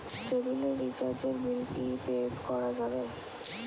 কেবিলের রিচার্জের বিল কি পে করা যাবে?